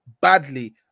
badly